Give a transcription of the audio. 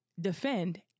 defend